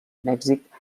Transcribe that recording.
mèxic